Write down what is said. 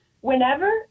whenever